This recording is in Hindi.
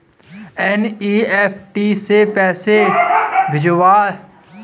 एन.ई.एफ.टी से पैसे भिजवाना ज्यादा कठिन नहीं है